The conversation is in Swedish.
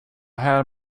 här